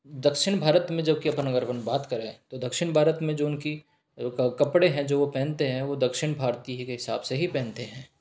दक्षिण भारत में जबकि हम अगर अपन बात करें तो दक्षिण भारत में जो उनकी कपड़े हैं जो वो पहनते हैं वो दक्षिण भारतीय के हिसाब से ही पहनते हैं